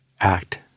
act